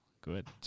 Good